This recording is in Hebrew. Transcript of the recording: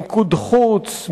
מיקוד חוץ,